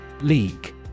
League